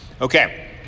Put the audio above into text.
Okay